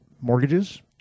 mortgages